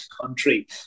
country